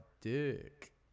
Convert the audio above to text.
dick